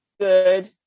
good